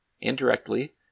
indirectly